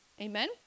Amen